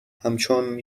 همچون